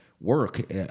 work